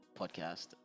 podcast